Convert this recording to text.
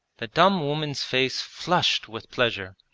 the dumb woman's face flushed with pleasure,